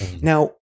now